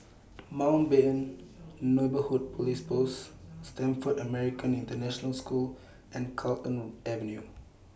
Mountbatten Neighbourhood Police Post Stamford American International School and Carlton Avenue